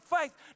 faith